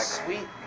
sweet